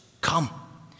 Come